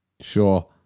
Sure